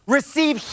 Receive